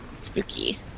Spooky